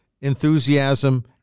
enthusiasm